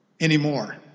anymore